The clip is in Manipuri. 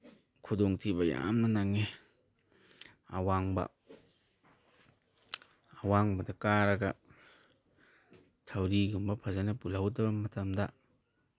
ꯈꯨꯗꯣꯡꯊꯤꯕ ꯌꯥꯝꯅ ꯅꯪꯉꯤ ꯑꯋꯥꯡꯕ ꯑꯋꯥꯡꯕꯗ ꯀꯥꯔꯒ ꯊꯧꯔꯤꯒꯨꯝꯕ ꯐꯖꯅ ꯄꯨꯜꯍꯧꯗꯕ ꯃꯇꯝꯗ